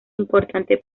importante